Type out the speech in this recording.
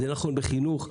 זה נכון בחינוך,